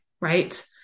right